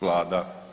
Vlada.